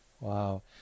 Wow